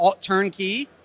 turnkey